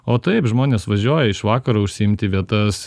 o taip žmonės važiuoja iš vakaro užsiimti vietas